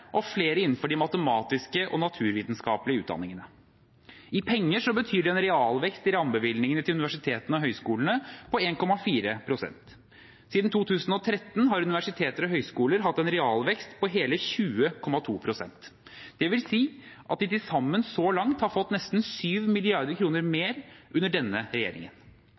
og flere innenfor de matematiske og naturvitenskapelige utdanningene. I penger betyr det en realvekst i rammebevilgningene til universitetene og høyskolene på 1,4 pst. Siden 2013 har universiteter og høyskoler hatt en realvekst på hele 20,2 pst. Det vil si at de til sammen så langt har fått nesten 7 mrd. kr mer under denne regjeringen.